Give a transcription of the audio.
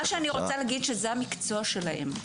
זה המקצוע שלהם.